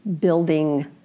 building